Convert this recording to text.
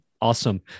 Awesome